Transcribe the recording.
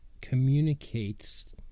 communicates